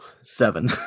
Seven